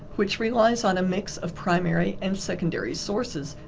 which relies on a mix of primary and secondary sources,